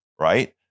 right